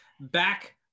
back